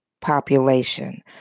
population